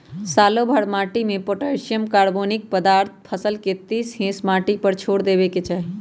सालोभर माटिमें potassium, carbonic पदार्थ फसल के तीस हिस माटिए पर छोर देबेके चाही